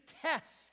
tests